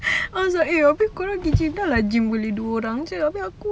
I was like eh abeh korang pergi gym dah lah gym boleh dua orang jer abeh aku